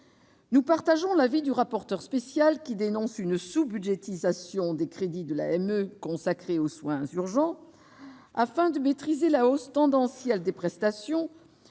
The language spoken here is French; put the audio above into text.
Nous partageons l'avis du rapporteur spécial, qui dénonce une sous-budgétisation des crédits de l'AME consacrés aux soins urgents. Afin de maîtriser la hausse tendancielle des prestations,